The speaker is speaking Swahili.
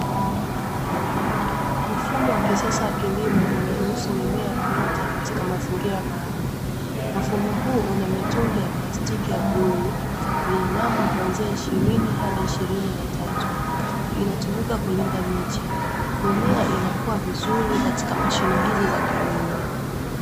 Mfumo wa kisasa wa kilimo unaruhusu mimea kuota katika mazingira maalumu. Mfumo huu una mitungi ya plastiki ya bluu yenye namba kuanzia ishirini hadi ishirini na tatu, inatumika kulinda miche. Mimea inakua vizuri katika mashine hizi za kilimo.